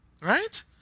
Right